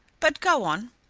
but go on.